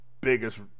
biggest